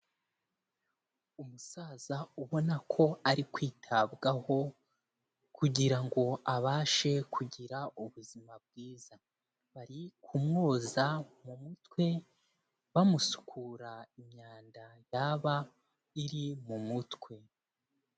Umusaza ubona ko ari kwitabwaho kugira ngo abashe kugira ubuzima bwiza, bari kumwoza mu mutwe, bamusukura imyanda yaba iri mu mutwe.